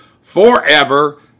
forever